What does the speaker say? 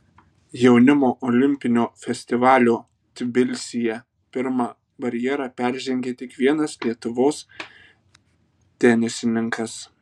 jaunimo olimpinio festivalio tbilisyje pirmą barjerą peržengė tik vienas lietuvos tenisininkas